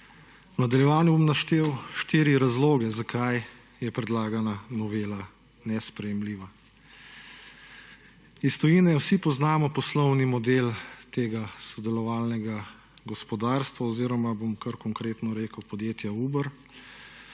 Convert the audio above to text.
V nadaljevanju bom naštel štiri razloge zakaj je predlagana novela nesprejemljiva. Iz tujine vsi poznamo poslovni model tega sodelovalnega gospodarstva oziroma bom kar konkretno rekel podjetja Uber,